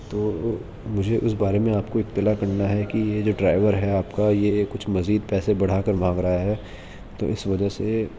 تو مجھے اس بارے میں آپ کو اطلاع کرنا ہے کہ یہ جو ڈرائیور ہے آپ کا یہ کچھ مزید پیسے بڑھا کر مانگ رہا ہے تو اس وجہ سے